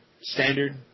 Standard